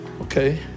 Okay